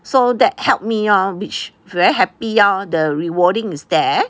so that helped me lor which very happy lor the rewarding is there